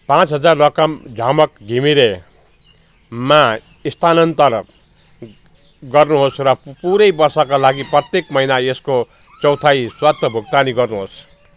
पाँच हजार रकम झमक घिमिरेमा स्थानान्तरण गर्नु होस् र पु पुरा वर्षका लागि प्रत्येक महिना यसको चौथाइ स्वतः भुक्तानी गर्नु होस्